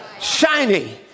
shiny